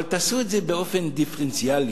אבל תעשו את זה באופן דיפרנציאלי,